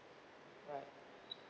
right